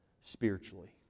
spiritually